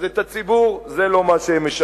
אז את הציבור זה לא מה שמשכנע.